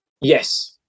yes